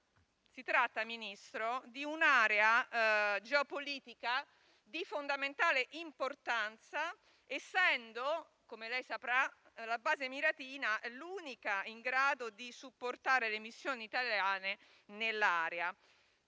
Si tratta, signor Ministro, di un'area geopolitica di fondamentale importanza, essendo la base emiratina, come saprà, l'unica in grado di supportare le missioni italiane nell'area.